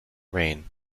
rain